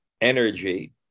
energy